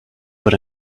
but